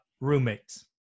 roommates